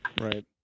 Right